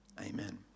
Amen